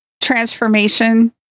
transformation